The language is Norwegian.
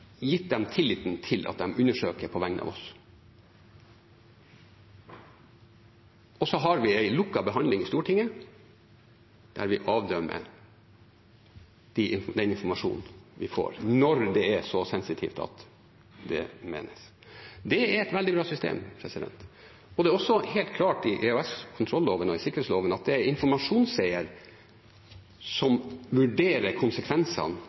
vi en lukket behandling i Stortinget, der vi avdømmer den informasjonen vi får, når det er så sensitivt at det gir mening. Det er et veldig bra system, og det er også helt klart i EOS-kontrolloven og i sikkerhetsloven at det er informasjonseier som vurderer konsekvensene